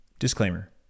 Disclaimer